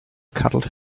cuddled